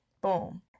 boom